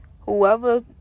whoever